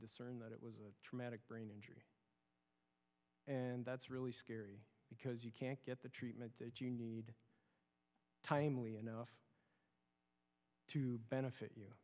discern that it was a traumatic brain injury and that's really scary because you can't get the treatment that you need timely enough to benefit you